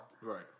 Right